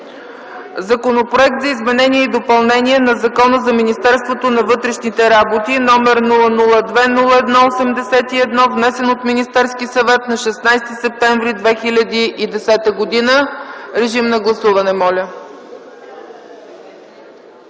Законопроект за изменение и допълнение на Закона за Министерството на вътрешните работи, № 002-01-81, внесен от Министерския съвет на 16 септември 2010 г. Гласували